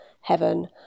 heaven